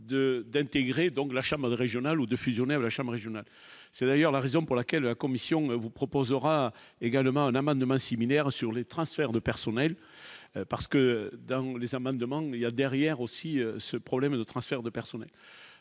d'intégrer donc la chamade régionales ou de fusionner à la chambre régionale ailleurs la raison pour laquelle la Commission vous proposera également manne demain similaire sur les transferts de personnels, parce que dans les amendements, il y a derrière aussi ce problème de transfert de personnel,